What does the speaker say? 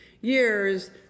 years